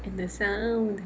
and the sound